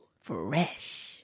Fresh